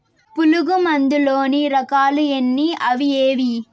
పులుగు మందు లోని రకాల ఎన్ని అవి ఏవి?